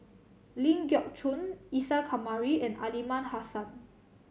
Ling Geok Choon Isa Kamari and Aliman Hassan